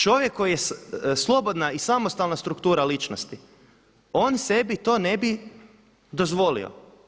Čovjek koji je slobodna i samostalna struktura ličnosti on sebi to ne bi dozvolio.